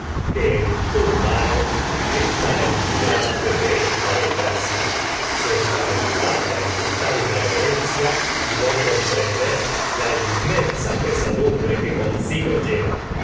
que es en tu mano está el librarte de esta desgracia pues alimentar una lamentable dolencia y no comprender la inmensa pesadumbre que consigo lleva